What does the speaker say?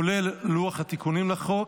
כולל לוח התיקונים לחוק.